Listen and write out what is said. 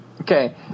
Okay